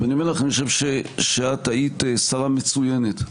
אני חושב שאת היית שרה מצוינת,